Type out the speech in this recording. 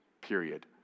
Period